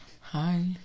Hi